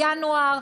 בינואר,